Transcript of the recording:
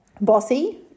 Bossy